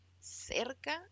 cerca